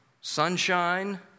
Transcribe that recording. sunshine